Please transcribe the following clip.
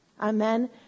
Amen